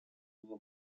было